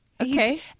Okay